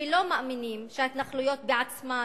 שלא מאמינים, שההתנחלויות בעצמן